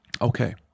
Okay